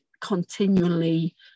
continually